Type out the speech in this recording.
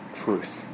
truth